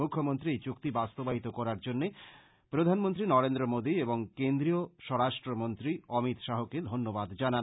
মুখ্যমন্ত্রী এই চুক্তি বাস্তবায়িত করার জন্য প্রধানমন্ত্রী নরেন্দ্র মোদী এবং কেন্দ্রীয় স্বরাষ্ট্র মন্ত্রী অমিত শাহ কে ধন্যাদ জানান